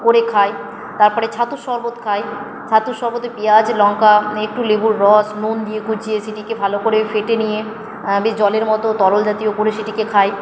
করে খাই তারপরে ছাতুর শরবত খাই ছাতুর শরবতে পেঁয়াজ লঙ্কা একটু লেবুর রস নুন দিয়ে কুচিয়ে সেটিকে ভালো করে ফেটিয়ে নিয়ে বেশ জলের মতো তরল জাতীয় করে সেটিকে খাই